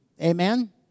Amen